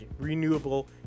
renewable